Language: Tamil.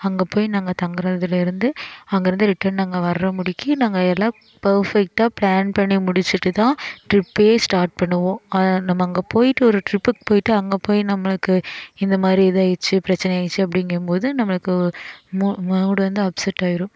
அங்கே போய் நாங்கள் தங்குறதுலேருந்து அங்கேருந்து ரிட்டன் அங்கே வர்ற முடிக்கு நாங்கள் எல்லா பேர்ஃபெக்டாக பிளான் பண்ணி முடிச்சுட்டு தான் டிரிப்பையே ஸ்டார்ட் பண்ணுவோம் நம்ம அங்கே போயிட்டு ஒரு டிரிப்புக்கு போயிட்டு அங்கே போய் நம்மளுக்கு இந்த மாதிரி இதாக ஆயிடுச்சு பிரச்சனை ஆயிடுச்சி அப்படிங்கும்போது நம்மளுக்கு ஓ மூ மூடு வந்து அப்செட் ஆயிடும்